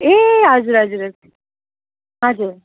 ए हजुर हजुर हजुर हजुर